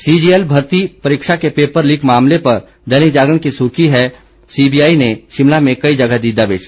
CGL भर्ती परीक्षा के पेपर लीक मामले पर दैनिक जागरण की सुर्खी है सीबीआई ने शिमला में कई जगह दी दबिश